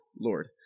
Lord